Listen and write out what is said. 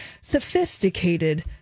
sophisticated